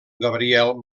gabriel